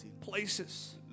places